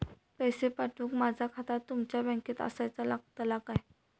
पैसे पाठुक माझा खाता तुमच्या बँकेत आसाचा लागताला काय?